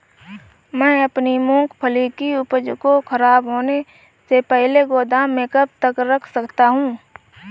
मैं अपनी मूँगफली की उपज को ख़राब होने से पहले गोदाम में कब तक रख सकता हूँ?